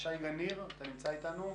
נמצא אתנו?